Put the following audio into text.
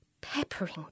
peppering